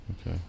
Okay